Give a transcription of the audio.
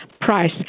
price